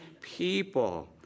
people